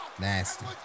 Nasty